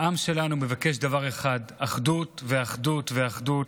העם שלנו מבקש דבר אחד: אחדות ואחדות ואחדות.